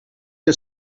que